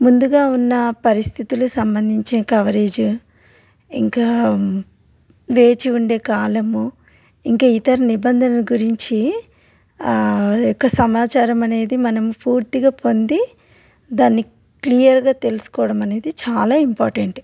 ముందుగా ఉన్న పరిస్థితులు సంబంధించిన కవరేజ్ ఇంకా వేచి ఉండే కాలము ఇంకా ఇతర నిబంధల గురించి ఆ యొక్క సమాచారం అనేది మనం పూర్తిగా పొంది దాన్ని క్లియర్గా తెలుసుకోవడం అనేది చాలా ఇంపార్టెంట్